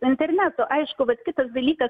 su internetu aišku vat kitas dalykas